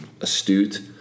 astute